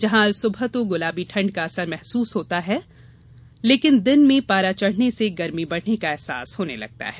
जहां अलसुबह तो गुलाबी ठण्ड का असर महसूस होता है लेकिन दिन में पारा चढ़ने से गर्मी बढ़ने का अहसास होने लगा है